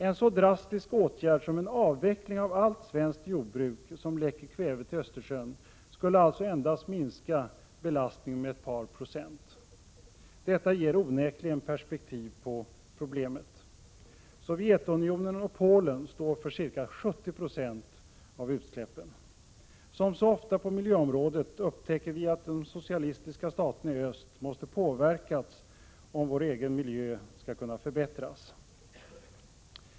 En så drastisk åtgärd som en avveckling av allt svenskt jordbruk som läcker kväve till Östersjön skulle alltså endast minska belastningen med ett par procent. Detta ger onekligen perspektiv på problemet. Sovjetunionen och Polen står för ca 70 26 av utsläppen. Som så ofta på miljöområdet upptäcker vi att de socialistiska staterna i öst måste påverkas, om vår egen miljö skall kunna förbättras.